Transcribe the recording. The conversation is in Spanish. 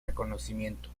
reconocimiento